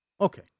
Okay